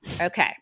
Okay